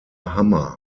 hammer